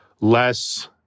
less